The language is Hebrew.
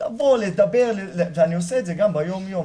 לבוא ולדבר ואני עושה את זה גם ביום יום.